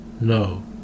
No